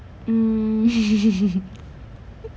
mm